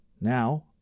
Now